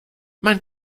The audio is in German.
man